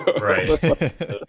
Right